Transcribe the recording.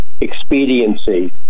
expediency